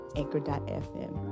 anchor.fm